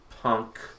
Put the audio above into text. punk